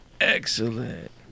Excellent